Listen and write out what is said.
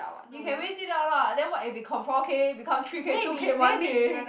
you can wait it out lah then what if it come four K become three K two K one K